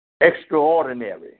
Extraordinary